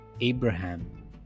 Abraham